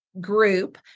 group